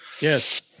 Yes